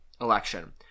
election